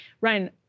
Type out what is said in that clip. Ryan